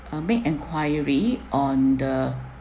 um make enquiry on the